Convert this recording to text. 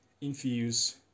infuse